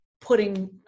putting